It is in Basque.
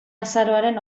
azaroaren